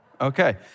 Okay